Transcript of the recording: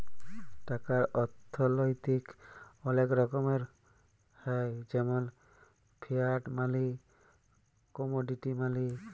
টাকার অথ্থলৈতিক অলেক রকমের হ্যয় যেমল ফিয়াট মালি, কমোডিটি মালি